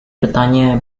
bertanya